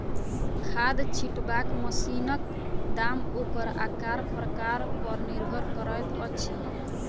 खाद छिटबाक मशीनक दाम ओकर आकार प्रकार पर निर्भर करैत अछि